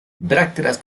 brácteas